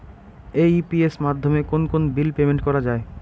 AEPS মাধ্যমে কোন কোন বিল পেমেন্ট করা যায়?